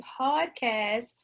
Podcast